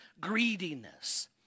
greediness